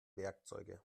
werkzeuge